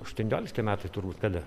aštuoniolikti metai turbūt kada